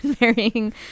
marrying